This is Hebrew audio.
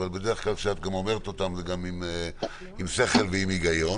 אבל בדרך כלל כשאת אומרת אותן הן עם שכל ועם היגיון.